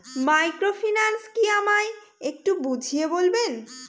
Microfinance কি আমায় একটু বুঝিয়ে বলবেন?